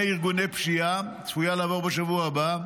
ארגוני פשיעה צפויה לעבור בשבוע הבא,